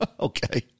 Okay